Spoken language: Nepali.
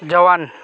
जवान